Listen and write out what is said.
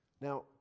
Now